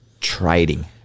trading